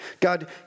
God